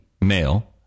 male